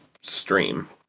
stream